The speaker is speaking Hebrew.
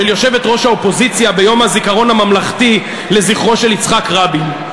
של יושבת-ראש האופוזיציה ביום הזיכרון הממלכתי ליצחק רבין.